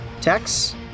Tex